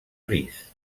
gris